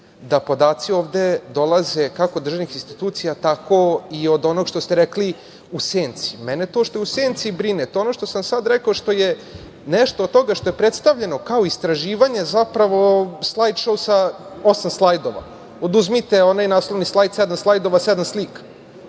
da podaci ovde dolaze, kako iz državnih institucija tako i od onog što ste rekli u senci. Mene to što je u senci brine. To je ono što sam sad rekao što je nešto od toga što je predstavljeno kao istraživanje, zapravo slajd šou sa osam slajdova. Oduzmite onaj naslovni slajd, sedam slajdova, sedam slika.